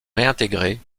réintégré